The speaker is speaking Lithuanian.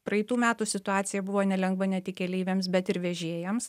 praeitų metų situacija buvo nelengva ne tik keleiviams bet ir vežėjams